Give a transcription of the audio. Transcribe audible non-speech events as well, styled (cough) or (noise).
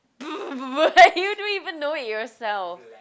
(noise) you don't even know it yourself